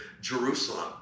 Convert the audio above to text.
Jerusalem